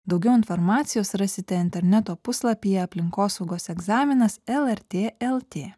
daugiau informacijos rasite interneto puslapyje aplinkosaugos egzaminas lrt lt